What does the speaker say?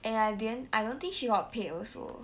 and I didn't I don't think she got paid also